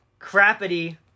Crappity